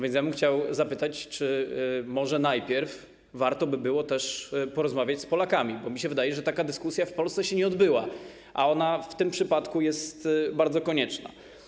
Więc chciałbym zapytać, czy może najpierw warto by było też porozmawiać z Polakami, bo mi się wydaje, że taka dyskusja w Polsce się nie odbyła, a ona w tym przypadku jest bardzo konieczna.